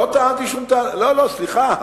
לא טענתי שום טענה, לא, סליחה.